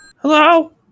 HELLO